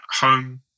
home